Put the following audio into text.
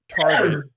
target